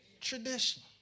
tradition